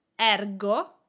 ergo